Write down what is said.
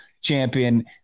champion